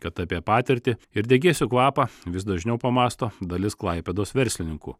kad apie patirtį ir degėsių kvapą vis dažniau pamąsto dalis klaipėdos verslininkų